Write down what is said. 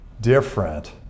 different